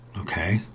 okay